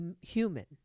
human